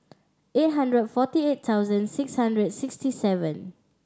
eight hundred forty eight thousand six hundred sixty seven